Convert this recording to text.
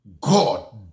God